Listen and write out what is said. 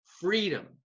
freedom